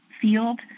field